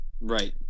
right